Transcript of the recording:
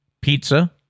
pizza